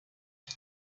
die